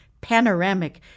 panoramic